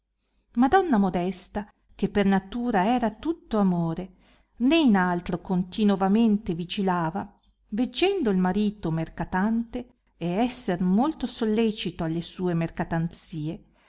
madonna modesta che per natura era tutto amore né in altro continovamente vigilava veggendo il marito mercatante e esser molto sollecito alle sue